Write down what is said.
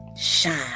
shine